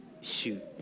Shoot